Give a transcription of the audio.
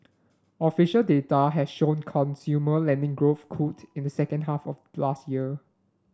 official data has shown consumer lending growth cooled in the second half of last year